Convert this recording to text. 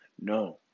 No